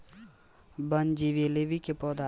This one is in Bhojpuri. बनजीलेबी के पौधा झाखार लेखन बढ़ गइल बावे